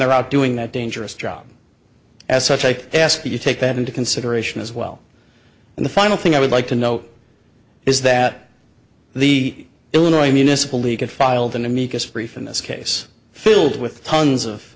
they're out doing that dangerous job as such i ask you take that into consideration as well and the final thing i would like to know is that the illinois municipal league it filed an amicus brief in this case filled with tons of